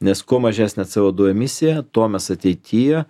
nes kuo mažesnė co du emisija tuo mes ateityje